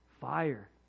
fire